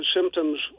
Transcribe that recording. symptoms